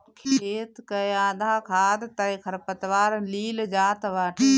खेत कअ आधा खाद तअ खरपतवार लील जात बाटे